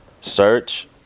search